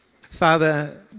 Father